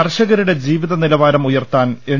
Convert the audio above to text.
കർഷകരുടെ ജീവിതനില വാരം ഉയർത്താൻ എൻ